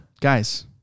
guys